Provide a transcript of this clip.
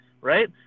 right